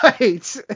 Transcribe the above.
right